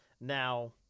Now